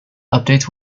updates